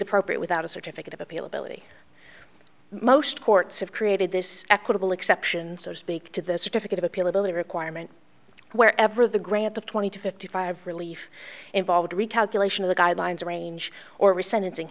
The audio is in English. appropriate without a certificate of appeal ability most courts have created this equitable exception so to speak to this certificate of appeal ability requirement wherever the grant of twenty to fifty five relief involved recalculation of the guidelines range or re sentencing